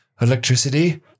Electricity